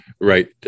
Right